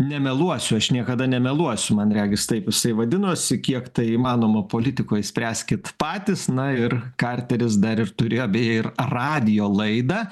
nemeluosiu aš niekada nemeluosiu man regis taip jisai vadinosi kiek tai įmanoma politikoj spręskit patys na ir karteris dar ir turėjo beje ir radijo laidą